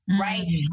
right